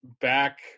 back